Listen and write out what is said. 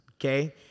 Okay